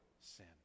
sin